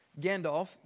Gandalf